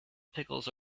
pickles